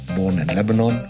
born in lebanon.